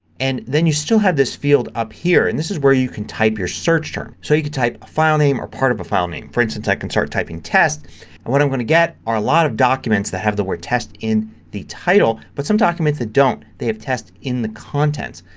and then you still have this field up here. and this is where you can type your search terms. so you can type a file name or part of a file name. for instance i can start typing test but and what i'm going to get are a lot of documents that have the word test in the title but some documents that don't. they have test in the content.